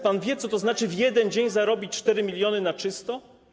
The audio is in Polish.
Pan wie, co to znaczy w 1 dzień zarobić 4 mln na czysto?